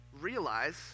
realize